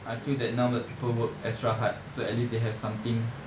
I feel that now uh people work extra hard so at least they have something